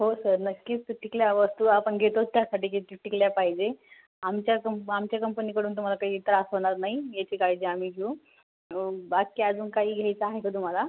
हो सर नक्कीच पिटीकल्या वस्तू आपण घेतो त्याचसाठी की त्या टिकल्या पाहिजे आमच्या कंप आमच्या कंपनीकडून तुम्हाला काही त्रास होणार नाही याची काळजी आम्ही घेऊ बाकी अजून काही घ्यायचं आहे का तुम्हाला